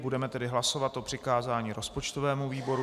Budeme tedy hlasovat o přikázání rozpočtovému výboru.